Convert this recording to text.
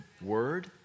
word